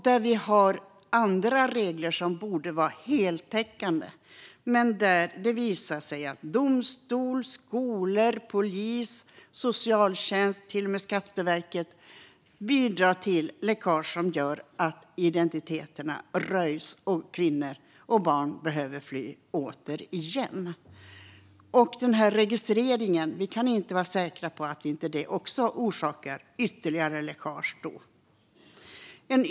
Där finns andra regler som borde vara heltäckande, men det visar sig att domstolar, skolor, polis, socialtjänst och till och med Skatteverket bidrar till läckage som gör att identiteter röjs så att kvinnor och barn återigen behöver fly. Vi kan inte vara säkra på att den här registreringen inte orsakar ytterligare läckage.